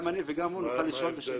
אז גם אני וגם הוא נוכל לישון בשקט.